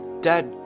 Dad